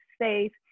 safe